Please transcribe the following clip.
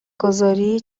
گذاری